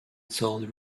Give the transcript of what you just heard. sold